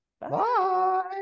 Bye